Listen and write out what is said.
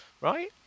right